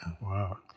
Wow